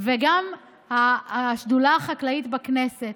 וגם השדולה החקלאית בכנסת.